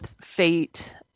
fate